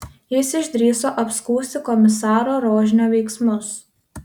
jis išdrįso apskųsti komisaro rožnio veiksmus